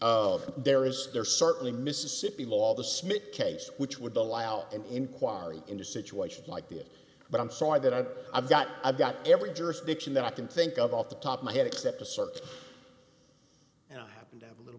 of there is there certainly mississippi law the smith case which would allow an inquiry into situations like that but i'm sorry that i i've got i've got every jurisdiction that i can think of off the top my head except assert